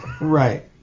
Right